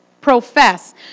profess